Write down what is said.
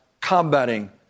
combating